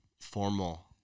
formal